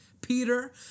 Peter